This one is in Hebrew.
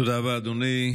תודה רבה, אדוני.